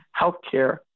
healthcare